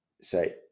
say